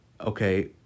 okay